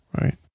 Right